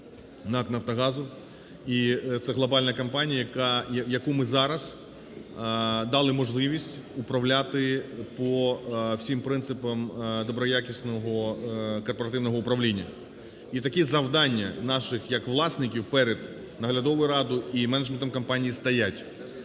НАК "Нафтогазу". І це глобальна компанія, якій ми зараз дали можливість управляти по всім принципам доброякісного корпоративного управління. І таке завдання наших як власників перед наглядовою радою і менеджментом компанії стоять.